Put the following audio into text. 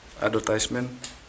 advertisement